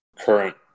current